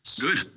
Good